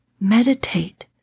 meditate